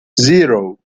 zero